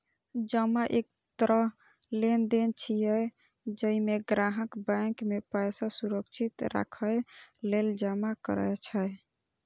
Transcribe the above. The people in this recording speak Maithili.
जमा एक तरह लेनदेन छियै, जइमे ग्राहक बैंक मे पैसा सुरक्षित राखै लेल जमा करै छै